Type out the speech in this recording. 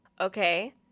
Okay